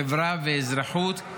חברה ואזרחות,